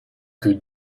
que